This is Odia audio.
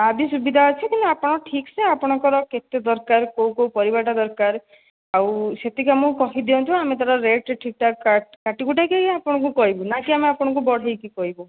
ଆଜି ସୁବିଧା ଅଛି କିନ୍ତୁ ଆପଣ ଠିକ୍ସେ ଆପଣଙ୍କର କେତେ ଦରକାର କେଉଁ କେଉଁ ପରିବାଟା ଦରକାର ଆଉ ସେତିକି ଆମକୁ କହିଦିଅନ୍ତୁ ଆମେ ତା'ର ରେଟ୍ ଠିକ୍ ଠାକ୍ କାଟି କୁଟାକି ଆପଣଙ୍କୁ କହିବୁ ନାକି ଆପଣଙ୍କୁ ବଢ଼େଇକି କହିବୁ